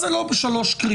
אז זה לא בשלוש קריאות,